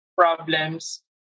problems